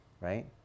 Right